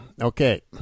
Okay